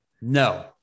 No